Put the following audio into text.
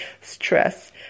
stress